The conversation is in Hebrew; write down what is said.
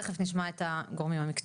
תיכף אנחנו נשמע את הגורמים המקצועיים.